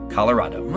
Colorado